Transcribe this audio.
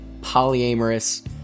polyamorous